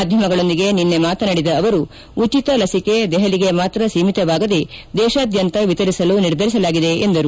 ಮಾಧ್ವಮಗಳೊಂದಿಗೆ ನಿನ್ನೆ ಮಾತನಾಡಿದ ಅವರು ಉಚಿತ ಲಸಿಕೆ ದೆಹಲಿಗೆ ಮಾತ್ರ ಸೀಮಿತವಾಗದೇ ದೇಶಾದ್ಯಂತ ವಿತರಿಸಲು ನಿರ್ಧರಿಸಲಾಗಿದೆ ಎಂದರು